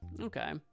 Okay